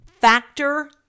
Factor